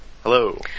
Hello